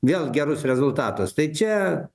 vėl gerus rezultatus tai čia